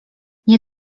nie